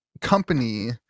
company